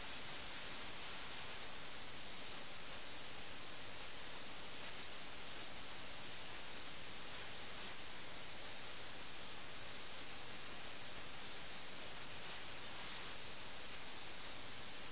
നിങ്ങൾ വളരെയധികം സമയമെടുക്കുകയാണെന്നും അത് ഗെയിം വിജയിക്കാനുള്ള എന്റെ സാധ്യതകളെ ബാധിക്കുന്നുണ്ടെന്നും അദ്ദേഹം പറയുന്നു